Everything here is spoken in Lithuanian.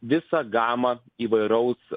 visą gamą įvairaus